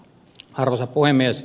arvoisa puhemies